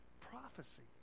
prophecy